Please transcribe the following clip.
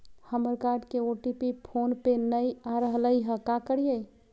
हमर कार्ड के OTP phone पे नई आ रहलई हई, का करयई?